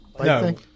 No